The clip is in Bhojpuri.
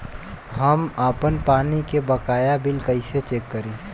हम आपन पानी के बकाया बिल कईसे चेक करी?